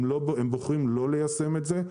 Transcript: הן בוחרות לא ליישם את זה,